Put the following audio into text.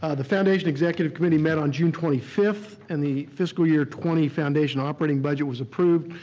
ah the foundation executive committee met on june twenty fifth and the fiscal year twenty foundation operating budget was approved.